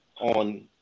on